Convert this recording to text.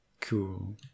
cool